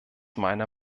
meiner